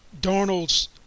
Darnold's